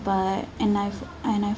but and I've and I've